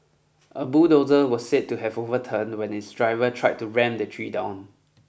a bulldozer was said to have overturned when its driver tried to ram the tree down